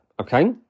Okay